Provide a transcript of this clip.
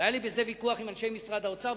היה לי על זה ויכוח עם אנשי משרד האוצר,